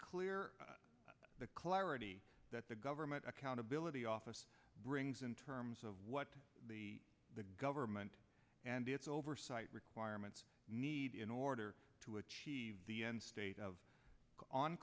clear the clarity that the government accountability office brings in terms of what the the government and its oversight requirements need in order to achieve the end state of on